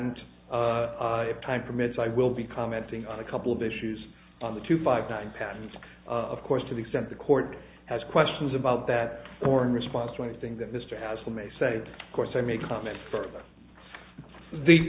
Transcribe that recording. patent time permits i will be commenting on a couple of issues on the two five nine patents of course to the extent the court has questions about that or in response to anything that mr hazell may say of course i may comment further the